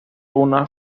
una